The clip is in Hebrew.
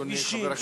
כבישים,